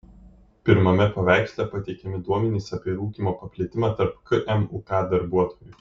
pirmame paveiksle pateikiami duomenys apie rūkymo paplitimą tarp kmuk darbuotojų